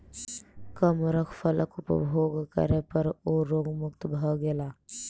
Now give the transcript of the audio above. कमरख फलक उपभोग करै पर ओ रोग मुक्त भ गेला